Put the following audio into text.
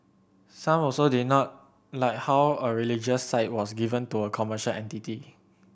some also did not like how a religious site was given to a commercial entity